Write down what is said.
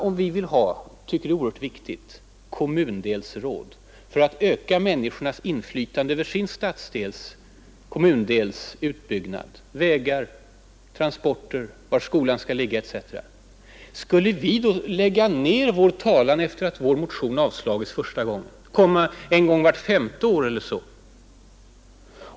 Om vi tycker att det är oerhört viktigt med kommundelsråd för att öka människornas inflytande över sin kommundels utbyggnad, vägar, transporter, skolplacering osv. — skulle vi då lägga ned vår talan efter det att vår motion avslagits för första gången? Skulle vi återkomma en gång vart femte år eller så?